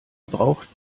braucht